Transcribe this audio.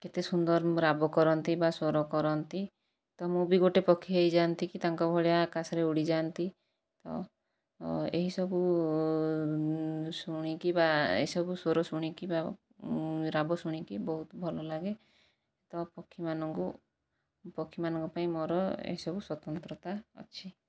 କେତେ ସୁନ୍ଦର ରାବ କରନ୍ତି ବା ସ୍ଵର କରନ୍ତି ତ ମୁଁ ବି ଗୋଟେ ପକ୍ଷୀ ହେଇଯାନ୍ତିକି ତାଙ୍କ ଭଳିଆ ଆକାଶରେ ଉଡ଼ି ଯାଆନ୍ତି ତ ଏହି ସବୁ ଶୁଣିକି ବା ଏହି ସବୁ ସ୍ଵର ଶୁଣିକି ବା ରାବ ଶୁଣିକି ବହୁତ ଭଲ ଲାଗେ ତ ପକ୍ଷୀମାନଙ୍କୁ ପକ୍ଷୀମାନଙ୍କ ପାଇଁ ମୋର ଏହି ସବୁ ସ୍ଵତନ୍ତ୍ରତା ଅଛି